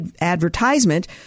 advertisement